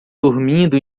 dormindo